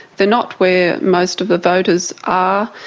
they're not where most of the voters are.